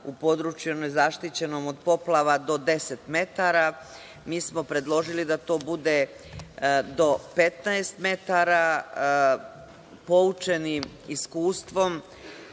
u području nezaštićenom od poplava do deset metara. Mi smo predložili da to bude do 15 metara, poučeni iskustvom,